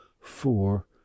four